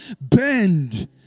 bend